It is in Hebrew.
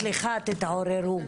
סליחה תתעוררו,